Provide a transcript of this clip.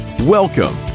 Welcome